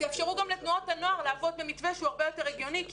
תאפשרו גם לתנועות הנוער לעבוד במתווה שהוא הרבה יותר הגיוני כי